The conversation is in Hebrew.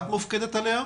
את מופקדת עליה?